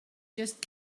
just